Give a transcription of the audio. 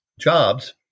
jobs